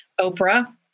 Oprah